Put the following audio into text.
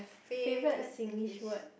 favourite Singlish word